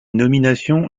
nominations